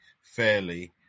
fairly